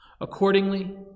Accordingly